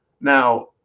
Now